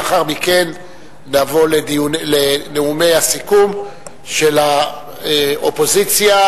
לאחר מכן נעבור לנאומי הסיכום של האופוזיציה,